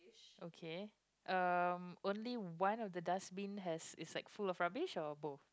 okay um only one of the dustbin has is like full of rubbish or both